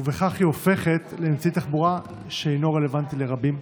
ובכך היא הופכת לאמצעי תחבורה שאינו רלוונטי לרבים.